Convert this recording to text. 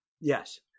Yes